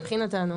בוטלה מבחינתנו.